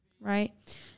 Right